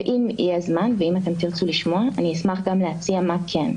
אני קורא אותך לסדר פעם ראשונה.